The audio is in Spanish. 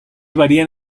varían